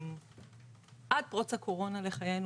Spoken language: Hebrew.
עד פרוץ הקורונה לחיינו,